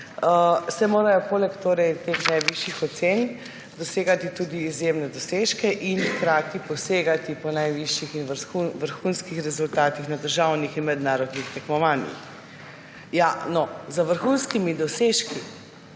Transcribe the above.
saj morajo poleg najvišjih ocen dosegati tudi izjemne dosežke in hkrati posegati po najvišjih in vrhunskih rezultatih na državnih in mednarodnih tekmovanjih. No, za vrhunskimi dosežki